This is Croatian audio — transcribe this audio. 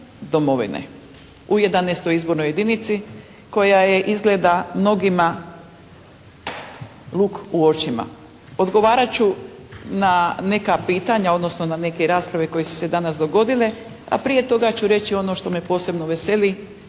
U 11. izbornoj jedinica koja je izgleda mnogima luk u očima. Odgovarat ću na neka pitanja, odnosno na neke rasprave koje su se danas dogodile, a prije toga ću reći ono što me posebno veseli